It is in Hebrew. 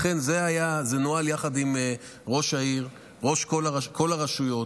זה נוהל יחד עם ראש העיר וכל הרשויות.